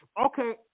okay